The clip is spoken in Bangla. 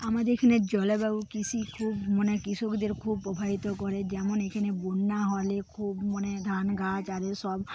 আমাদের এখানে জলবায়ু কৃষি খুব মানে কৃষকদের খুব প্রভাবিত করে যেমন এখানে বন্যা হলে খুব মানে ধান গাছ আর সব